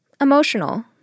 emotional